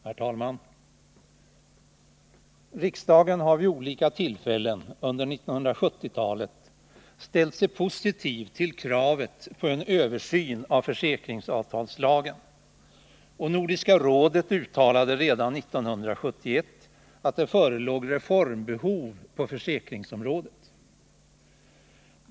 Herr talman! Riksdagen har vid olika tillfällen under 1970-talet ställt sig positiv till kravet på en översyn av försäkringsavtalslagen, och Nordiska rådet uttalade redan 1971 att det förelåg reformbehov på försäkringsområdet.